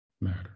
matter